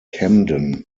camden